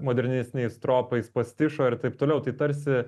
modernesniais tropais pastišo ir taip toliau tai tarsi